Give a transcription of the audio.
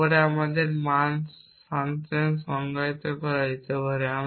তারপর এই মান ফাংশন সংজ্ঞায়িত করা যেতে পারে